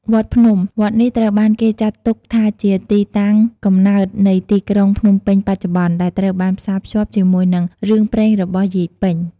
វត្តភ្នំ វត្តនេះត្រូវបានគេចាត់ទុកថាជាទីតាំងកំណើតនៃទីក្រុងភ្នំពេញបច្ចុប្បន្ន ដែលត្រូវបានផ្សារភ្ជាប់ជាមួយនឹងរឿងព្រេងរបស់យាយពេញ។